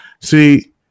See